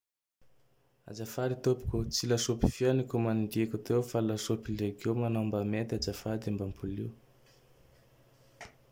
Azafady tompoko. Tsy Lasopy fia nikômandiko teo fa lasopy Legiomy; nao mba mety azafady mba ampolio.